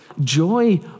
Joy